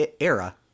era